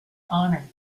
honour